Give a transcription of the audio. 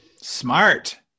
Smart